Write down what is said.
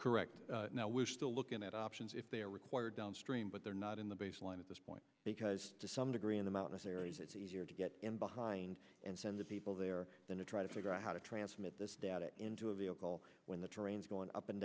correct now we're still looking at options if they're required downstream but they're not in the baseline at this point because to some degree in the mountainous areas it's easier to get in behind and send the people there than to try to figure out how to transmit this data into a vehicle when the train's going up and